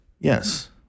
Yes